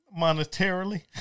monetarily